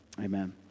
Amen